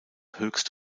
höchst